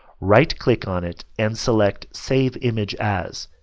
right click on it and select save image as